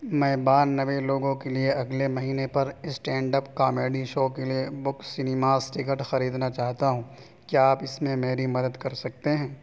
میں بانوے لوگوں کے لیے اگلے مہینے پر اسٹینڈ اپ کامیڈی شو کے لیے بک سنیماز ٹکٹ خریدنا چاہتا ہوں کیا آپ اس میں میری مدد کر سکتے ہیں